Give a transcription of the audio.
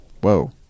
whoa